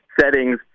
settings